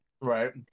Right